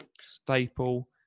Staple